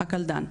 הקלדן,